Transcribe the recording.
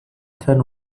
ten